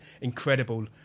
incredible